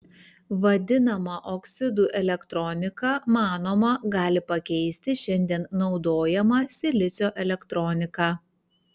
vadinama oksidų elektronika manoma gali pakeisti šiandien naudojamą silicio elektroniką